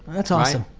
that's awesome,